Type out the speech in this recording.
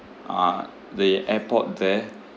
uh the airport there